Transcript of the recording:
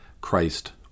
Christ